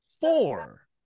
Four